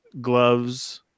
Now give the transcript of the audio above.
gloves